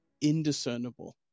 indiscernible